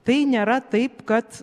tai nėra taip kad